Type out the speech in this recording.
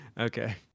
okay